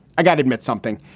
i gotta admit something.